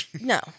No